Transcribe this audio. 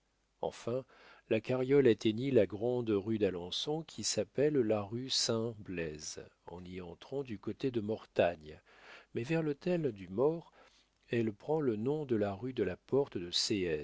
enfin la carriole atteignit la grande rue d'alençon qui s'appelle la rue saint blaise en y entrant du côté de mortagne mais vers l'hôtel du more elle prend le nom de la rue de la porte de